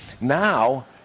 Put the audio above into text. Now